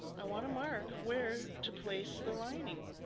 i want to mark where to place the lining.